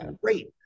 great